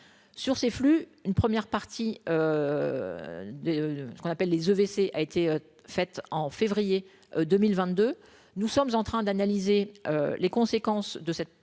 sur ces flux, une première partie de ce qu'on appelle les EVC, a été faite en février 2022, nous sommes en train d'analyser les conséquences de cette façon,